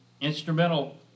Instrumental